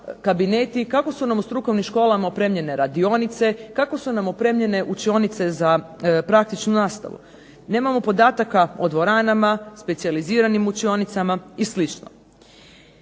kabineti, kako su nam u strukovnim školama opremljene radionice, kako su nam opremljene učionice za praktičnu nastavu. Nemamo podataka o dvoranama, specijaliziranim učionicama i